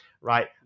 right